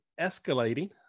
escalating